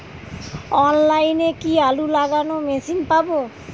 অনলাইনে কি আলু লাগানো মেশিন পাব?